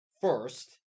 first